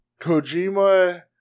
Kojima